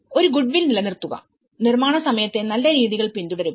ഒരു goodwill നിലനിർത്തുകനിർമ്മാണ സമയത്തെ നല്ല രീതികൾ പിന്തുടരുക